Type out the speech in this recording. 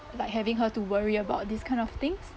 like having her to worry about these kind of things